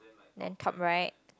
then top right